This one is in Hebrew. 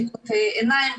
בדיקות עיניים,